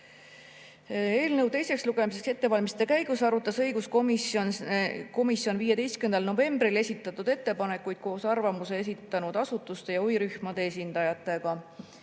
Eelnõu teiseks lugemiseks ettevalmistamise käigus arutas õiguskomisjon 15. novembril esitatud ettepanekuid koos arvamusi esitanud asutuste ja huvirühmade esindajatega.